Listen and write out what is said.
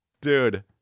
dude